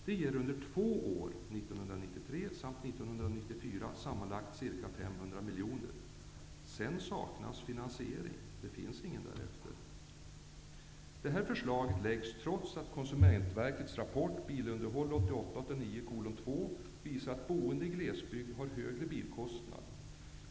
Det ger under två år -- 1993 och 1994 -- sammanlagt ca 500 miljoner till staten. Därefter finns det ingen finansiering. Detta förslag läggs fram, trots att visar att boende i glesbygd har högre bilkostnad.